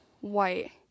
white